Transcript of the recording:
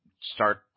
start